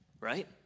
right